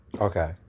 Okay